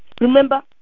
remember